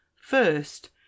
First